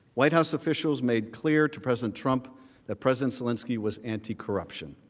white house officials made clear to president trump that president zelensky was anticorruption.